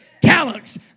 talents